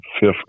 fifth